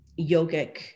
yogic